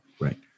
right